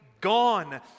gone